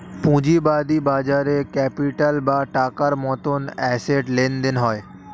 পুঁজিবাদী বাজারে ক্যাপিটাল বা টাকার মতন অ্যাসেট লেনদেন হয়